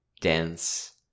dense